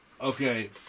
Okay